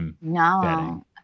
No